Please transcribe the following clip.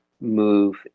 move